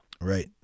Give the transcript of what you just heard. Right